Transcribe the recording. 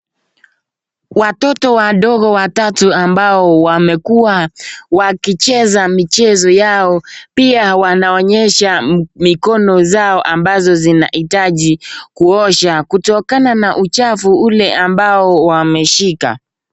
Watoto wadogo watatu ambao wamekuwa wakicheza michezo yao. Pia wanaonyesha mikono zao ambazo zinaitaji kuosha, kutokana na uchafu ule ambao wameshika.